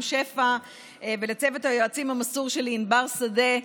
שפע ולצוות היועצים המסור שלי ענבר שדה,